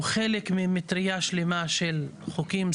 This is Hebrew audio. הוא חלק ממטרייה שלמה של חוקים,